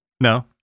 No